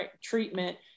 treatment